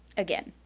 again.